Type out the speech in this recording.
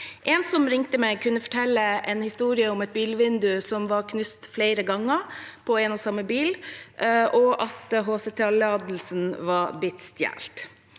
En som ringte meg, kunne fortelle en historie om et bilvindu som var knust flere ganger på en og samme bil, og at HC-tillatelsen var blitt stjålet.